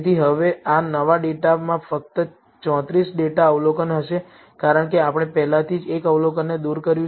તેથી હવે આ નવા ડેટામાં ફક્ત 34 ડેટા અવલોકનો હશે કારણ કે આપણે પહેલાથી જ એક અવલોકનને દૂર કર્યું છે